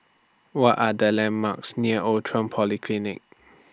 What Are The landmarks near Outram Polyclinic